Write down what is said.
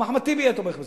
גם אחמד טיבי היה תומך בזה.